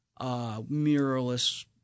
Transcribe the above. mirrorless